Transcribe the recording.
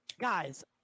guys